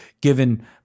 given